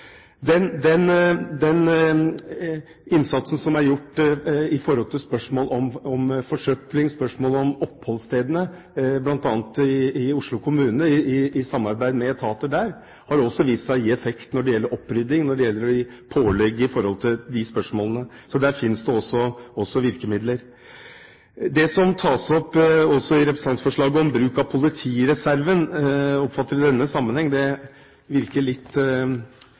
Den innsatsen som er gjort i forbindelse med spørsmål om forsøpling, spørsmål om oppholdsstedene bl.a. i Oslo kommune i samarbeid med etatene der, har også vist seg å gi effekt når det gjelder opprydding, når det gjelder å gi pålegg i den forbindelse. Så der fins det også virkemidler. Det tas også opp i representantforslaget om en kan bruke politireserven. Det virker i denne sammenheng